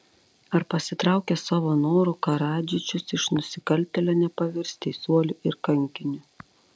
ar pasitraukęs savo noru karadžičius iš nusikaltėlio nepavirs teisuoliu ir kankiniu